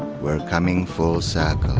we're coming full circle,